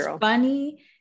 funny